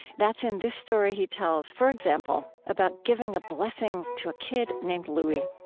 that's in this story he tells, for example, about giving a blessing to a kid named louie